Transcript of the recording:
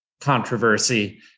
controversy